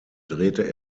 drehte